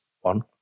one